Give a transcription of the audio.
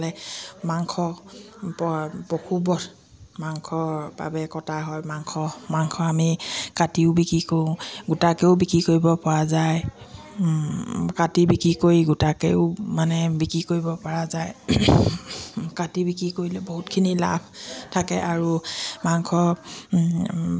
মাংস ব পশুবধ মাংসৰ বাবে কটা হয় মাংস মাংস আমি কাটিও বিক্ৰী কৰোঁ গোটাকৈও বিক্ৰী কৰিব পৰা যায় কাটি বিক্ৰী কৰি গোটাকৈও মানে বিক্ৰী কৰিব পৰা যায় কাটি বিক্ৰী কৰিলে বহুতখিনি লাভ থাকে আৰু মাংস